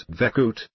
vekut